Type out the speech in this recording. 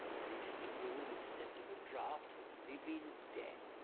manages to brew an acceptable draught of living death.